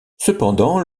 cependant